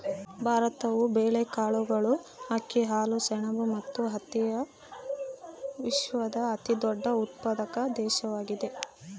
ಭಾರತವು ಬೇಳೆಕಾಳುಗಳು, ಅಕ್ಕಿ, ಹಾಲು, ಸೆಣಬು ಮತ್ತು ಹತ್ತಿಯ ವಿಶ್ವದ ಅತಿದೊಡ್ಡ ಉತ್ಪಾದಕ ದೇಶವಾಗಿದೆ